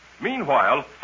Meanwhile